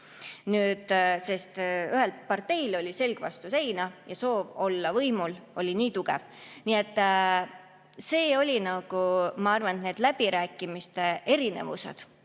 tulem, sest ühel parteil oli selg vastu seina ja soov olla võimul oli nii tugev. Nii et ma arvan, et nende läbirääkimiste erinevused